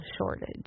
shortage